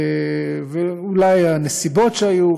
ואולי גם הנסיבות שהיו.